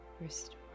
restore